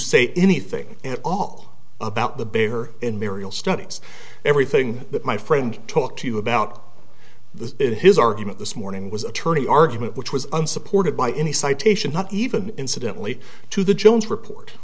say anything at all about the bear in marial studies everything that my friend talked to you about the in his argument this morning was attorney argument which was unsupported by any citation not even incidentally to the jones report